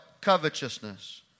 covetousness